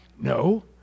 No